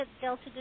Delta